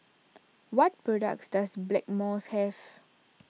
what products does Blackmores have